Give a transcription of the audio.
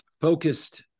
focused